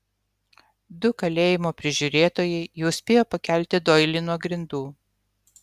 du kalėjimo prižiūrėtojai jau spėjo pakelti doilį nuo grindų